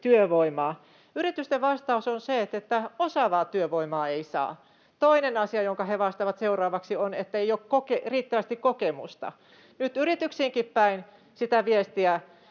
työvoimaa. Yritysten vastaus on se, että osaavaa työvoimaa ei saa. Toinen asia, jonka he vastaavat seuraavaksi on, että ei ole riittävästi kokemusta. Nyt yrityksiinkin päin sitä viestiä